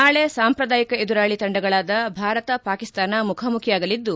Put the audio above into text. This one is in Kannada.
ನಾಳೆ ಸಾಂಪ್ರದಾಯಿಕ ಎದುರಾಳಿ ತಂಡಗಳಾದ ಭಾರತ ಪಾಕಿಸ್ತಾನ ಮುಖಾಮುಖಿಯಾಗಲಿದ್ದು